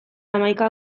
hamaika